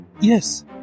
Yes